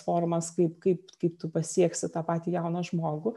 formas kaip kaip kaip tu pasieksi tą patį jauną žmogų